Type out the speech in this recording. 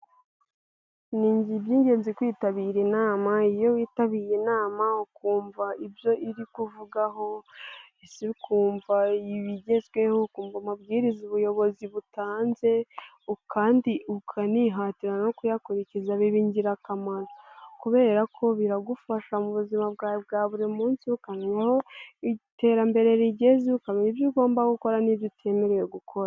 Ni iby'ingenzi kwitabira inama iyo witabiriye inama ukumva ibyo iri kuvugaho, ese ukumva ibigezweho ngo amabwiriza ubuyobozi butanze kandi ukanihatira no kuyakurikiza biba ingirakamaro kubera ko biragufasha mu buzima bwawe bwa buri munsi, ukamenya aho iterambere rigeze ukamenya ibyo ugomba gukora n'ibyo utemerewe gukora.